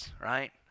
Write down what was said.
right